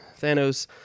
Thanos